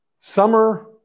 summer